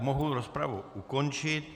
Mohu rozpravu ukončit.